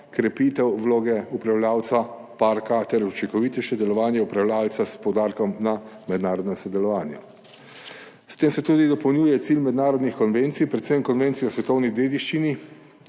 krepitev vloge upravljavca parka ter učinkovitejše delovanje upravljavca s poudarkom na mednarodnem sodelovanju. S tem se tudi dopolnjuje cilj mednarodnih konvencij, predvsem konvencije o svetovni dediščini,